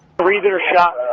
three that are shot.